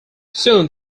soon